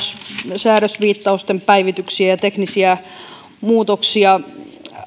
säädösviittausten päivityksiä ja teknisiä muutoksia